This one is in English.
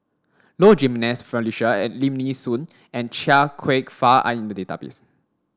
Low Jimenez Felicia Lim Nee Soon and Chia Kwek Fah are in the database